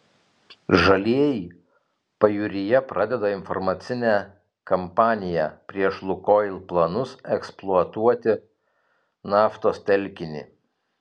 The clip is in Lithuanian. žalieji pajūryje pradeda informacinę kampaniją prieš lukoil planus eksploatuoti naftos telkinį